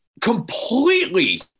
completely